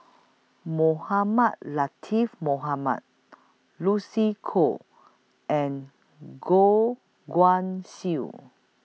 Mohamed Latiff Mohamed Lucy Koh and Goh Guan Siew